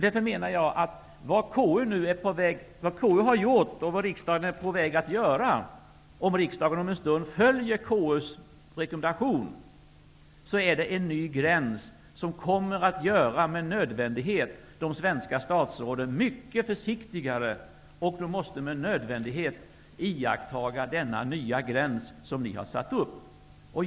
Därför menar jag att vad konstitutionsutskottet har gjort och riksdagen är på väg att göra, om riksdagen om en stund följer konstitutionsutskottet, är att införa en ny gräns som med nödvändighet kommer att göra de svenska statsråden mycket försiktigare. De måste då iaktta denna nya gräns som ni har satt upp.